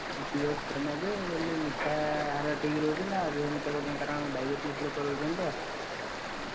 pure ଛେନା ଜେ ମୁଁ କହିଲି ମିଠା ହାର ଠିକ୍ ରହୁଛି ନା ଅଧିକ ମିଠା କରୁଛନ୍ତି କାରଣ ଡାଇବେଟିସ ଲୋକ ରହୁଛନ୍ତି ତ